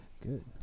Good